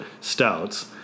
stouts